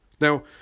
now